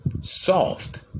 Soft